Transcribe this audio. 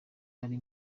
ari